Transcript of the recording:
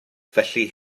felly